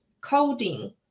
coding